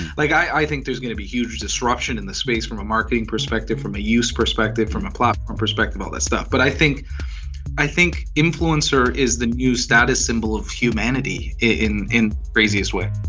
like, i think there's going to be huge disruption in the space from a marketing perspective, from a use perspective, from a platform perspective all that stuff. but i think i think influencer is the new status symbol of humanity, in the craziest way